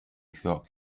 thought